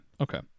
okay